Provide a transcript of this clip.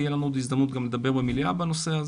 תהיה לנו עוד הזדמנות לדבר במליאה בנושא,